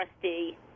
trustee